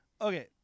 Okay